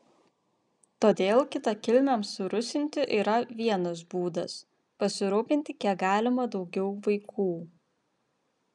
todėl kitakilmiams surusinti yra vienas būdas pasirūpinti kiek galima daugiau vaikų